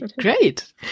great